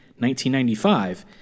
1995